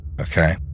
okay